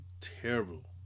terrible